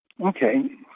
Okay